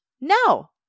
No